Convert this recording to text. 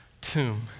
tomb